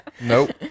Nope